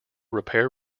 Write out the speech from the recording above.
repair